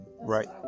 right